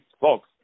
folks